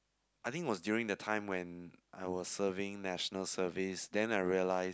I think it was during the time when I was serving National Service then I realised